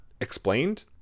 explained